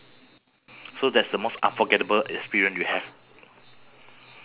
okay next what is the best surprises you ever receive